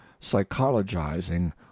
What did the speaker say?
psychologizing